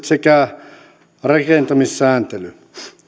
sekä rakentamissääntely